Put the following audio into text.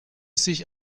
sich